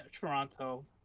Toronto